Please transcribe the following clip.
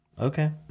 Okay